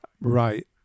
right